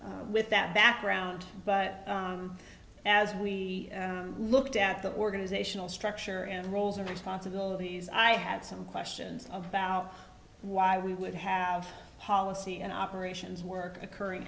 e with that background but as we looked at the organizational structure and roles and responsibilities i had some questions about why we would have policy and operations work occurring